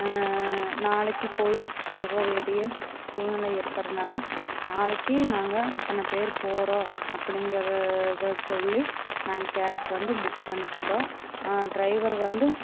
நாளைக்கு கோவிலுக்கு போக வேண்டிய சூழ்நிலை இருக்குறதுனால நாளைக்கு நாங்கள் இத்தனை பேர் போகிறோம் அப்டிங்கிற இதை சொல்லி நாங்கள் கேப் வந்து புக் பண்ணிக்கிட்டோம் ட்ரைவர் வந்து